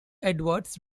edwards